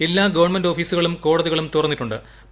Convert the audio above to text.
എല്ലാ ഗവൺമെന്റ് ഓഫീസുകളും കോടതികളും തുറന്നിട്ടു ്